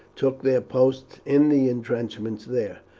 took their posts in the intrenchments there,